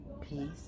peace